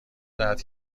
دهد